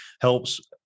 helps